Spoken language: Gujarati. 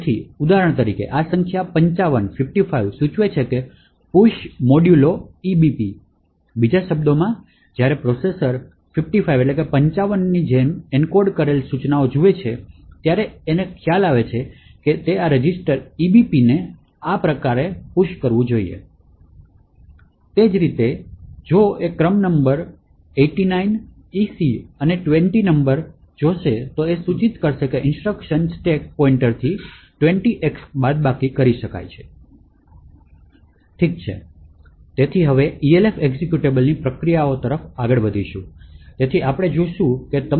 તેથી ઉદાહરણ તરીકે આ સંખ્યા 55 સૂચવે છે push EBP બીજા શબ્દોમાં જ્યારે પ્રોસેસર 55 ની જેમ એન્કોડ કરેલી સૂચના જુએ છે ત્યારે તે સૂચિત કરશે કે તેણે આ રજિસ્ટર EBP ને આ પ્રકારમાં push કરવું પડશે તે જ રીતે જો તે ક્રમ જુએ છે સૂચનામાં 89 EC અને 20 નંબરો હાજર છે તે સૂચિત કરશે કે ઇન્સટ્રક્શન સ્ટેક પોઇન્ટરથી 20X બાદબાકી કરે છે ઠીક છે તેથી હવે Elf એક્ઝેક્યુટેબલથી પ્રક્રિયાઓ તરફ આગળ વધીશું તેથી આપણે જોશું કે જ્યારે તમે